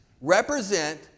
represent